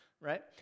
right